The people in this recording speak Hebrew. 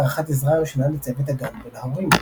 הדרכת עזרה ראשונה לצוות הגן ולהורים.